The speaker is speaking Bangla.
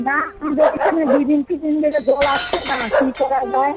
না আমাদের এখানে দুই দিন তিন দিন ধরে জল আসছে না কী করা যায়